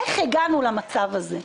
איך הגענו למצב הזה?